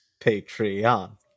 patreon